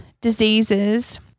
diseases